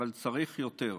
אבל צריך יותר.